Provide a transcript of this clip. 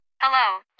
Hello